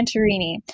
Santorini